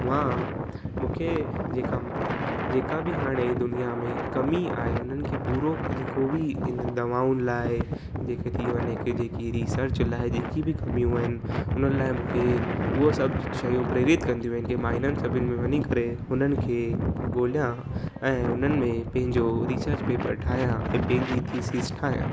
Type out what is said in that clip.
मां मूंखे जेका जेका बि हाणे दुनिया में कमी आहे उन्हनि खे पूरो जेको बि इन्हनि दवाउनि लाइ जेके थी वञे की जेकी रिसर्च लाइ जेकी बि कमियूं आहिनि उन्हनि लाइ मूंखे उहा सभु शयूं प्रेरित कंदियूं आहिनि की मां हिननि सभिनि में वञी करे उन्हनि खे ॻोल्हियां ऐं उन्हनि में पंहिंजो रिसर्च पेपर ठाहियां ऐं पंहिंजी थीसिस ठाहियां